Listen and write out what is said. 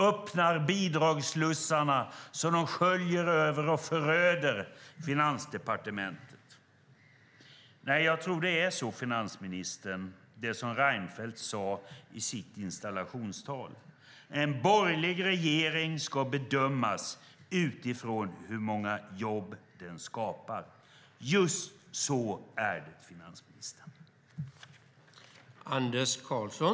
Öppnar han bidragsslussarna så att de sköljer över och föröder Finansdepartementet? Nej, finansministern, jag tror att det är så som Reinfeldt sade i sitt installationstal: En borgerlig regering ska bedömas utifrån hur många jobb den skapar. Just så är det, finansministern.